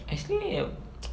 actually um